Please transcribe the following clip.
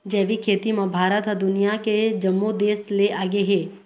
जैविक खेती म भारत ह दुनिया के जम्मो देस ले आगे हे